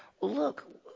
Look